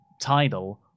title